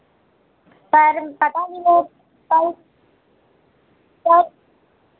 पर पता नहीं वो पर पर